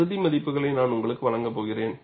இறுதி மதிப்புகளை நான் உங்களுக்கு வழங்கப் போகிறேன்